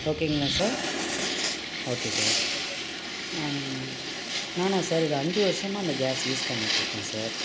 ஓகேங்களா sir okay sir நானா sir இது அஞ்சு வர்ஷமாக இந்த கேஸ் யூஸ் பண்ணிட்டுருக்கேன் சார்